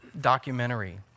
documentary